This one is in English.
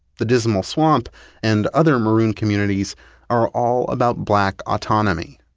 the dismal swamp and other maroon communities are all about black autonomy,